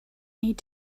need